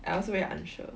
I also very unsure